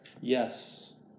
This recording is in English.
Yes